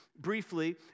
briefly